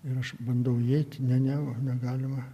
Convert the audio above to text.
ir aš bandau įeit ne ne negalima